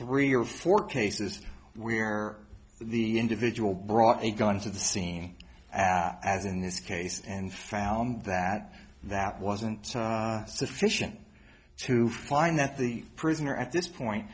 three or four cases where the individual brought a gun to the scene as in this case and found that that wasn't sufficient to find that the prisoner at this point